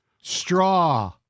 Straw